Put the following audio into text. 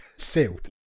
sealed